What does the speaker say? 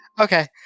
okay